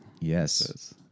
Yes